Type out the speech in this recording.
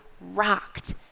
rocked